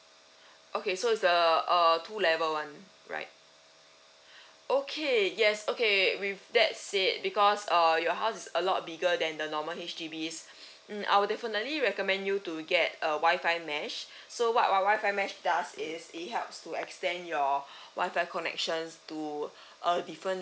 okay so is the uh two level one right okay yes okay with that said because uh your houses a lot bigger than the normal H_D_B mm I'll definitely recommend you to get a wifi mesh so what wifi mesh does is it helps to extend your wifi connections to uh different